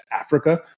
Africa